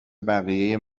بقیه